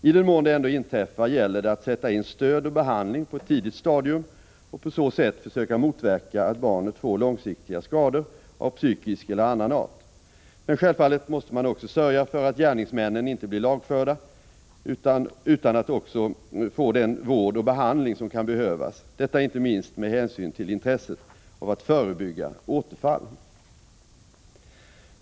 I den mån de ändå inträffar gäller det att notbarn sätta in stöd och behandling på ett tidigt stadium och på så sätt försöka motverka att barnet får långsiktiga skador av psykisk eller annan art. Men självfallet måste man också sörja för att gärningsmännen inte bara blir lagförda utan också får den vård och behandling som kan behövas, detta inte minst med hänsyn till intresset av att förebygga återfall.